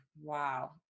Wow